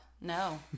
No